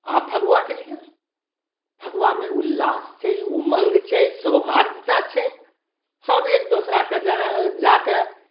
अहाँ फगुआकेँ लियऽ उल्लास छै उमङ्ग छै सौहर्द्यता छै सभ एक दोसराकेँ जाकेँ